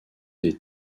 des